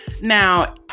now